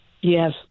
Yes